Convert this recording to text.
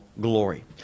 glory